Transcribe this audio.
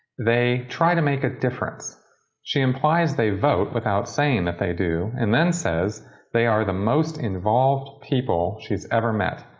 they, try to make a difference she implies that they vote without saying that they do and then says they are the most involved people she's ever met.